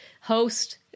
host